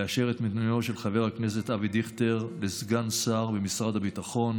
לאשר את מינויו של חבר הכנסת אבי דיכטר לסגן שר במשרד הביטחון.